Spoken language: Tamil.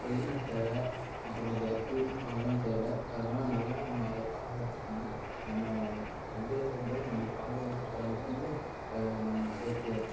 ஹெல்மெட் தேவை அப்புறம் ஜர்க்கின் அதெல்லாம் தேவை அதனால் நல்லா நம்ம அதை பாதுக்காத்துக்கணும் நம்மோ வண்டியில் போகும் போது நம்ம பாதுகாத்துக்கிட்டால் மட்டுமே அது நம்மளுக்கு சேஃப்டியாக இருக்கும்